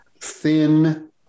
thin